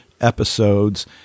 episodes